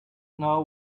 know